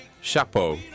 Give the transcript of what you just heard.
chapeau